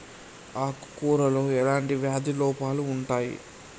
ఆకు కూరలో ఎలాంటి వ్యాధి లోపాలు ఉంటాయి?